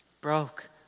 broke